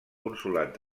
consolat